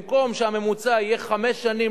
במקום שהממוצע יהיה לחכות חמש שנים,